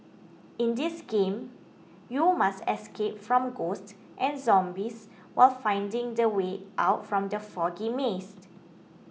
in this game you must escape from ghosts and zombies while finding the way out from the foggy maze